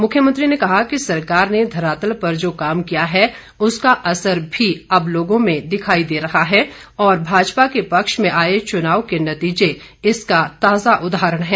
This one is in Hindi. मुख्यमंत्री ने कहा कि सरकार ने धरातल पर जो काम किया है उसका असर भी अब लोगों में दिखाई दे रहा है और भाजपा के पक्ष में आए चुनाव के नतीजे इसका ताजा उदाहरण हैं